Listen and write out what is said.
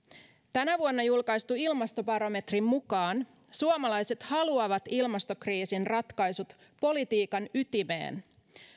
tänä vuonna julkaistun ilmastobarometrin mukaan suomalaiset haluavat ilmastokriisin ratkaisut politiikan ytimeen